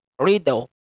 Riddle